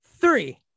three